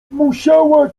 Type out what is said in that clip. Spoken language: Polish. musiała